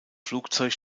flugzeug